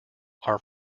are